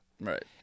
right